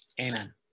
Amen